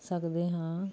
ਸਕਦੇ ਹਾਂ